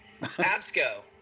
Absco